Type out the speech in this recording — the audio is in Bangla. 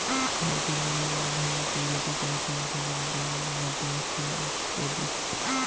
ভারতে মেলাগিলা ভেড়ার প্রজাতি পাইচুঙ যেমন গরল, মাদ্রাজ ভেড়া অত্যাদি